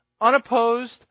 unopposed